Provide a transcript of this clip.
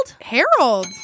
Harold